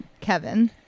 kevin